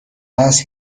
هست